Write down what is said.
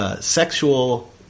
sexual